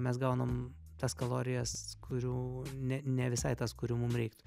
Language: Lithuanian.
mes gaunam tas kalorijas kurių ne ne visai tas kurių mum reiktų